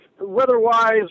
Weather-wise